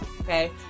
okay